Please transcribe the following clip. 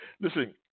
listen